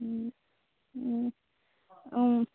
অঁ